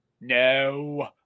No